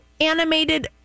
animated